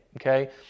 okay